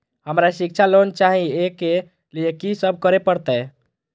हमरा शिक्षा लोन चाही ऐ के लिए की सब करे परतै?